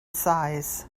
size